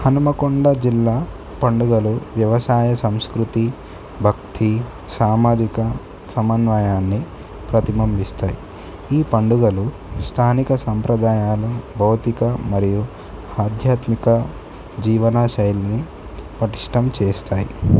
హనుమకొండ జిల్లా పండుగలు వ్యవసాయ సంస్కృతి భక్తి సామాజిక సమన్వయాన్ని ప్రతిబంబిస్తాయి ఈ పండుగలు స్థానిక సంప్రదాయాలు భౌతిక మరియు ఆధ్యాత్మిక జీవనశైలిని పటిష్టం చేస్తాయి